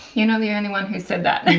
you know, the only one who said that